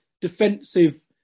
defensive